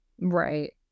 Right